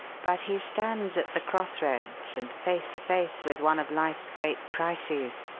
but he stands at the crossroads, and face to face with one of life's great crises.